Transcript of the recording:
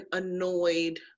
annoyed